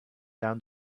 down